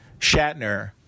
Shatner